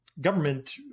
government